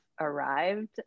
arrived